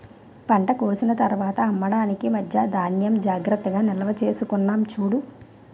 పంట కోసిన తర్వాత అమ్మడానికి మధ్యా ధాన్యం జాగ్రత్తగా నిల్వచేసుకున్నాం చూడు